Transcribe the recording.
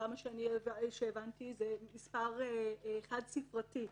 עד כמה שהבנתי זה מספר חד-ספרתי,